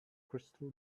crystal